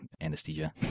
anesthesia